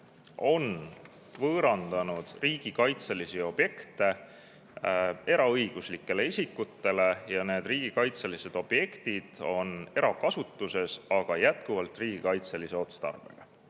võõrandanud riigikaitselisi objekte eraõiguslikele isikutele, need riigikaitselised objektid on erakasutuses, aga [nendel on] jätkuvalt riigikaitseline otstarve.